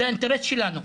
זה האינטרס שלנו.